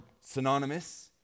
synonymous